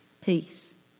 Peace